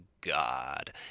God